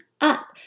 up